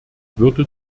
würde